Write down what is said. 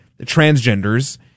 transgenders